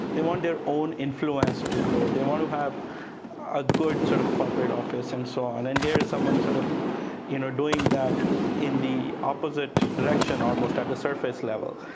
they want their own influence to grow, they want to have a good sort of corporate office, and so on. and here's someone sort of you know doing that in the opposite direction almost, at the surface level.